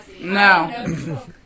No